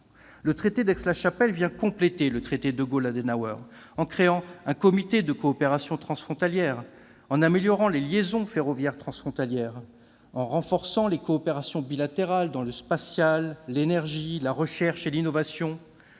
Le traité d'Aix-la-Chapelle vient compléter le traité de Gaulle-Adenauer en créant un comité de coopération transfrontalière, en améliorant les liaisons ferroviaires transfrontalières, en renforçant les coopérations bilatérales dans le spatial, l'énergie, la recherche et l'innovation,